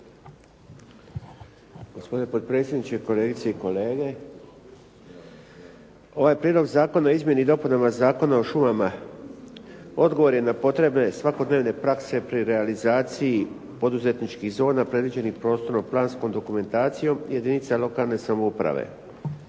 Gospodine potpredsjedniče, kolegice i kolege. Ovaj Prijedlog zakona o izmjenama i dopunama Zakona o šumama odgovor je na potrebe svakodnevne prakse pri realizaciji poduzetničkih zona predviđenih prostornom planskom dokumentacijom jedinica lokalne samouprave.